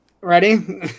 Ready